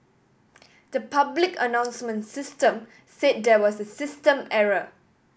the public announcement system said there was a system error